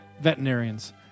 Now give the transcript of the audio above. veterinarians